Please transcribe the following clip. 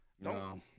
no